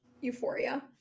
Euphoria